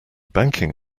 banking